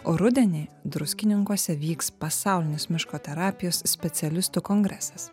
o rudenį druskininkuose vyks pasaulinės miško terapijos specialistų kongresas